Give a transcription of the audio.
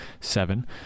seven